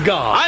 God